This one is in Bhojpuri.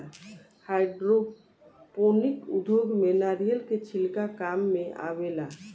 हाइड्रोपोनिक उद्योग में नारिलय के छिलका काम मेआवेला